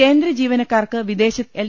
കേന്ദ്ര ജീവനക്കാർക്ക് വിദേശത്തേക്ക് എൽ